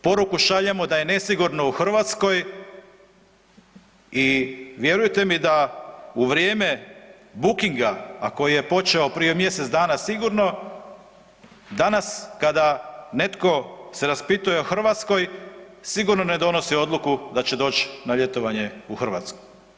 Poruku šaljemo da je nesigurno u Hrvatskoj i vjerujte mi da u vrijeme bookinga, a koji je počeo prije mjesec dana sigurno, danas kada netko se raspituje u Hrvatskoj, sigurno ne donosi odluku da će doći na ljetovanje u Hrvatsku.